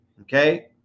okay